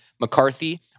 McCarthy